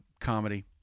comedy